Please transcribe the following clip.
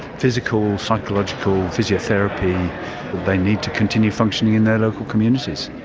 physical, psychological, physiotherapy they need to continue functioning in their local communities.